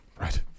Right